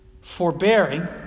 forbearing